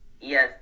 Yes